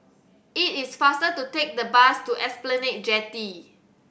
it is faster to take the bus to Esplanade Jetty